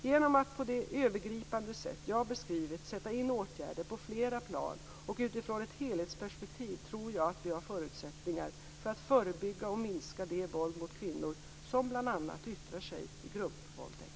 Genom att på det övergripande sätt jag beskrivit sätta in åtgärder på flera plan och utifrån ett helhetsperspektiv, tror jag att vi har förutsättningar för att förebygga och minska det våld mot kvinnor som bl.a. yttrar sig i gruppvåldtäkter.